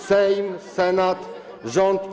Sejm, Senat, rząd i